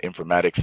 informatics